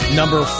number